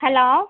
hello